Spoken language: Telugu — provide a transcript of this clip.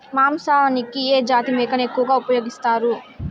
మాంసానికి ఏ జాతి మేకను ఎక్కువగా ఉపయోగిస్తారు?